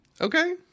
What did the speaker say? Okay